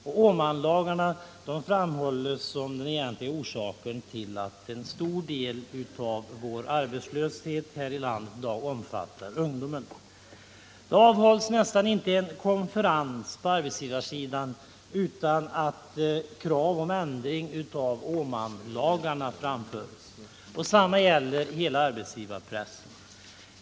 Och Åmanlagarna framhålls som den egentliga orsaken till att en stor del av vår arbetslöshet i landet drabbar ungdomen. Det hålls nästan inte en konferens på arbetsgivarsidan utan att krav på ändring av Åmanlagarna framförs. Detsamma gäller hela arbetsgivarpressen.